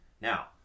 Now